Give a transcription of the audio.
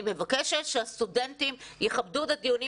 אני מבקשת שהסטודנטים יכבדו את הדיונים